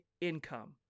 income